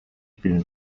film